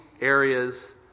areas